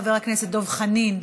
חבר הכנסת דב חנין,